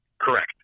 Correct